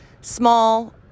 small